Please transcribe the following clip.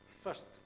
First